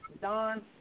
Don